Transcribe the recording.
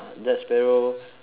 jack sparrow